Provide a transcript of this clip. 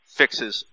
fixes